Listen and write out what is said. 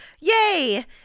yay